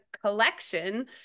collection